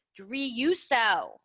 Driuso